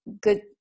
good